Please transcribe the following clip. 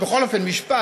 בכל אופן משפט,